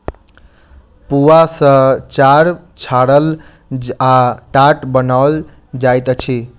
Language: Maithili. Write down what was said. पुआर सॅ चार छाड़ल आ टाट बनाओल जाइत अछि